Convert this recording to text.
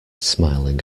smiling